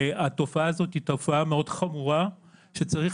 התופעה הזאת היא תופעה מאוד חמורה שצריך